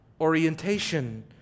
orientation